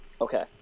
okay